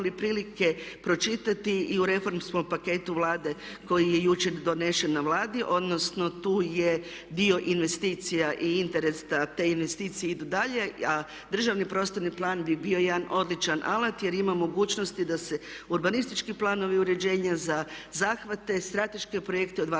prilike pročitati i u reformskom paketu Vlade koji je jučer donesen na Vladi, odnosno tu je dio investicija i interes da te investicije idu dalje. A državni prostorni plan bi bio jedan odličan alat jer ima mogućnosti da se urbanistički planovi uređenja za zahvate, strateške projekte od